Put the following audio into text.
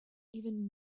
even